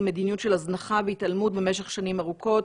מדיניות של הזנחה והתעלמות במשך שנים ארוכות,